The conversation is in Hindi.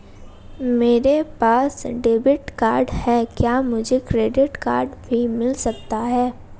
मेरे पास डेबिट कार्ड है क्या मुझे क्रेडिट कार्ड भी मिल सकता है?